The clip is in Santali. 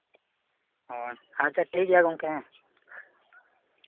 ᱦᱳᱭ ᱟᱪᱪᱷᱟ ᱴᱷᱤᱠ ᱜᱮᱭᱟ ᱜᱚᱢᱠᱮ